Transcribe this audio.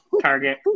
Target